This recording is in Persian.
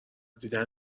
دیدن